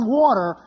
water